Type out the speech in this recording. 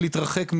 מה דעתכם?